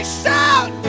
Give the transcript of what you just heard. shout